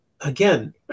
again